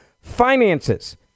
finances